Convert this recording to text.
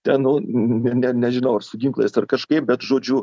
ten nu ne nežinau ar su ginklais ar kažkaip bet žodžiu